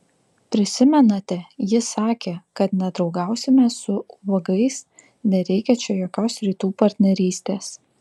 prisimenate ji sakė kad nedraugausime su ubagais nereikia čia jokios rytų partnerystės